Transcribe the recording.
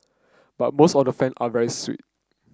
but most of the fan are very sweet